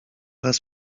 raz